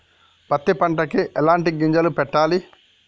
పత్తి పంటకి ఎలాంటి గింజలు పెట్టాలి?